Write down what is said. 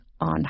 on